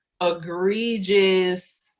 egregious